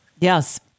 Yes